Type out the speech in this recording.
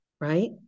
right